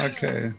Okay